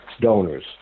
donors